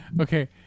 Okay